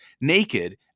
naked